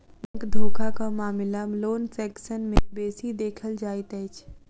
bank धोखाक मामिला loan section मे बेसी देखल जाइत अछि